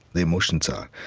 the emotions are.